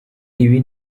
ibi